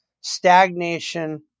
stagnation